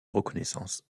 reconnaissance